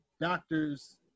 doctor's